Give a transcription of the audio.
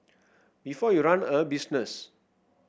before you run a business